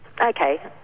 Okay